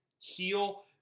heal